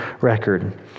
record